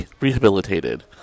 rehabilitated